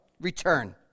return